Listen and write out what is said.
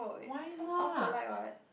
why not